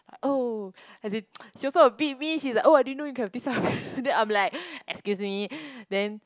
like oh as in she also a bit mean she like oh I didn't know you can have this type of person then I'm like excuse me then